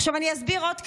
אני אסביר עוד קצת.